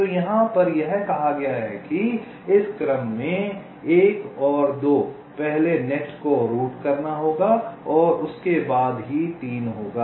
तो यहाँ पर यह कहा गया है कि इस क्रम में 1 और 2 पहले नेट को रूट करना होगा और उसके बाद ही 3 होगा